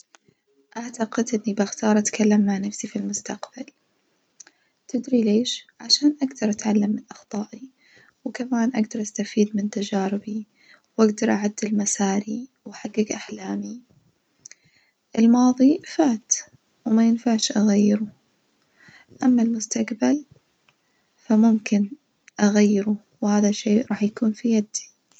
أعتقد إني أختار أتكلم مع نفسي في المستقبل تدري ليش؟ عشان أجدر أتعلم من أخطائي وكمان أجدر أستفيد من تجاربي وأجدر أعدل مساري وأحجج أحلامي، الماظي فات ومينفعش أغيره أما المستجبل فممكن أغيره وهذا شي راح يكون في يدي.